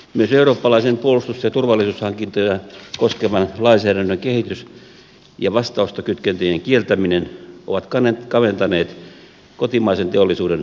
myös eurooppalaisen puolustus ja turvallisuushankintoja koskevan lainsäädännön kehitys ja vastaostokytkentöjen kieltäminen ovat kaventaneet kotimaisen teollisuuden mahdollisuuksia